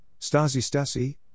Stasi-Stasi